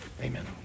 amen